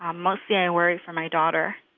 um mostly i wear it for my daughter.